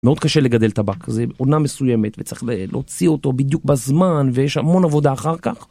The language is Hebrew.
מאוד קשה לגדל טבק זה עונה מסוימת וצריך להוציא אותו בדיוק בזמן ויש המון עבודה אחר כך